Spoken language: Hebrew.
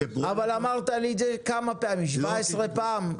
אמרת לי את זה כמה פעמים, 17 פעמים.